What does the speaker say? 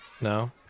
No